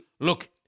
look